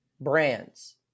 brands